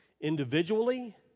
individually